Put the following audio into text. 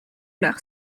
leur